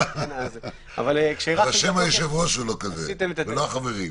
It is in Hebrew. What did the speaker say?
אבל שם היושב-ראש הוא לא כזה ולא החברים.